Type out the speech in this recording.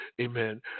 Amen